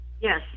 yes